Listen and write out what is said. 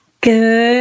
Good